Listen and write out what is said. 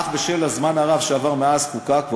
אך בשל הזמן הרב שעבר מאז חוקק החוק